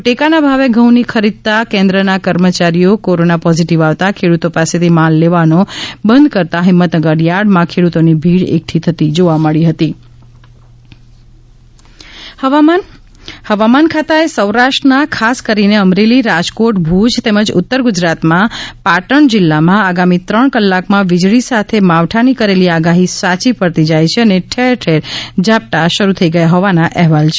ટેકા ના ભાવે ઘ ઉ ખરીદતા કેન્દ્ર ના કર્મચારી કોરોના પોઝિટિવ આવતા ખેડૂતો પાસે થી માલ લેવાનો બધ કરતાં હિમમતનગર થાર્ડ માં ખેડૂતો ની ભીડ એકઠી થતી જોવા મળી હતી હવામાન આગાહી હવામાન ખાતાએ સૌરાષ્ટ્રના ખાસ કરીને અમરેલી રાજકોટ ભુજ તેમજ ઉત્તર ગુજરાતનાં પાટણ જીલ્લામાં આગામી ત્રણ કલાકમાં વીજળી સાથે માવઠાની કરેલી આગાહી સાચી પડતી જાયછે અને ઠેર ઠેર ઝાપટા શરૂ થઇ ગયા હોવાના અહેવાલ છે